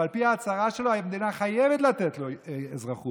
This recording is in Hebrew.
ועל פי ההצהרה שלו המדינה חייבת לתת לו אזרחות,